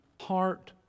heart